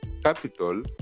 Capital